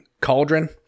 cauldron